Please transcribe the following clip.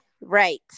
right